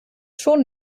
schon